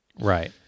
Right